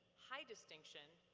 high distinction,